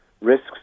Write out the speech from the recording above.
risks